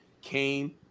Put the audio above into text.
came